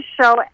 show